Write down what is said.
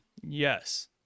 Yes